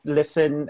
listen